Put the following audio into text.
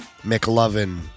McLovin